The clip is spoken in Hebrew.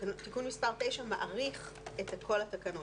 תיקון מספר 9 מאריך את כל התקנות.